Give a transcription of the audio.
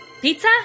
Pizza